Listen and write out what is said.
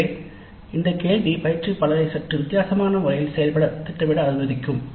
எனவே இந்த கேள்வி பயிற்றுவிப்பாளரை சற்று வித்தியாசமான முறையில் செயல்பட திட்டமிட அனுமதிக்கும்